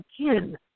again